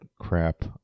crap